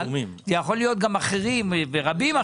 זה יכול להיות גם אחרים ורבים אחרים,